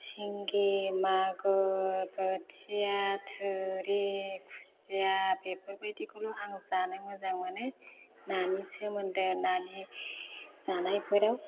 सिंगि मागुर बोथिया थुरि खुसिया बेफोरबादिखौल' आङो जानो मोजां मोनो नानि सोमोन्दै नानि जानायफोराव